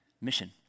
mission